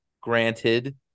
Granted